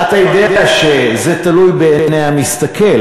אתה יודע שזה תלוי בעיני המסתכל,